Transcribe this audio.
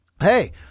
Hey